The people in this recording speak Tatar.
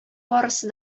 барысы